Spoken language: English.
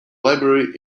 library